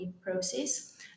process